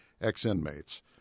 ex-inmates